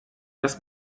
dass